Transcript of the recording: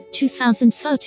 2013